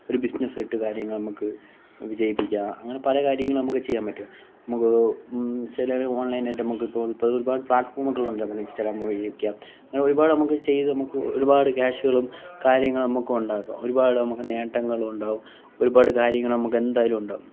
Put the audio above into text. ഒരു ബിസിനെസ്സ് ഇട്ട് കാര്യങ്ങൾ നമ്മൾക്ക് വിജയിപ്പിക്കാം അങ്ങനെ പല കാര്യങ്ങളും നമ്മൾക്ക് ചെയ്യാൻ പറ്റും നമുക്ക് ചിലവർ ഓൺലൈനായിട്ട് നമുക്ക് ഇപ്പോൾ ഒരുപാട് പ്ലാറ്റ്ഫോമുകൾ ഉണ്ട് നമുക്ക് ഇൻസ്റ്റാഗ്രാമ് വഴിയൊക്കെ അങ്ങനെ ഒരുപാട് നമ്മൾക്ക് ചെയ്തു നമ്മൾക്ക് ഒരുപാട് ക്യാഷ്കളും കാര്യങ്ങളും നമ്മൾക്കും ഉണ്ടാക്കാം ഒരുപാട് നമ്മൾക്ക് നേട്ടങ്ങളൂണ്ടാവും ഒരുപാട് കാര്യങ്ങൾ നമ്മൾക്ക് എന്തായാലും ഉണ്ടാവും